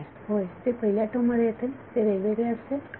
विद्यार्थी होय हे पहिल्या टर्म मध्ये येते ते वेगवेगळे असते Refer Time 2101